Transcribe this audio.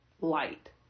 light